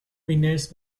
winners